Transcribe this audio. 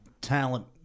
talent